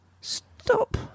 Stop